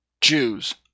Jews